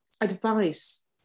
advice